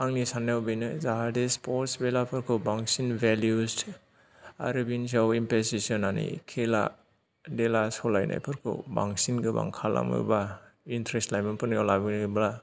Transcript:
आंनि साननाव बेनो जाहाथे स्पर्टस खेलाफोरखौ बांसिन भेलुस आऱो बिनि सायावहाय इनटारेस्ट होनानै खेला खेला सलायनायफोरखौ बांसिन गोबां खालामोबा इनटारेस्ट लाइमोनफोरनियाव लाबोनोबा